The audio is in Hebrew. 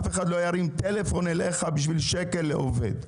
אף אחד לא ירים טלפון אליך בשביל שקל לעובד.